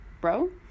bro